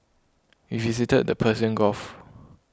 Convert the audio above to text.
we visited the Persian Gulf